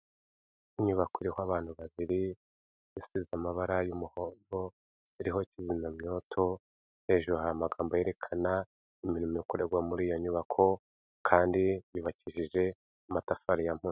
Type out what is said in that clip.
Inyubako iriho abantu babiri, isize amabara y'umuhondo, iriho kizimya myoto, hejuru hari amagambo yerekana imirimo ikorerwa muri iyo nyubako kandi yubakishije amatafari ya mpunyu.